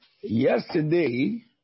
Yesterday